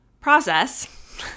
process